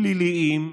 פליליים,